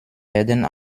werden